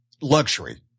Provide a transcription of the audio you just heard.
luxury